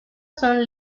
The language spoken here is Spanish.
son